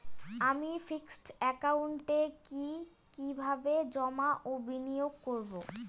আমি ফিক্সড একাউন্টে কি কিভাবে জমা ও বিনিয়োগ করব?